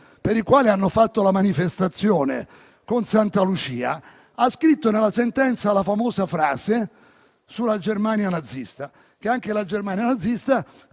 per il quale hanno fatto la manifestazione con Santalucia, ha scritto nella sentenza la famosa frase sulla Germania nazista, secondo cui